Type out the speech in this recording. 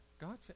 God